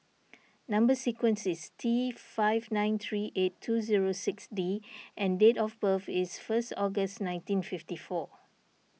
Number Sequence is T five nine three eight two zero six D and date of birth is first August nineteen fifty four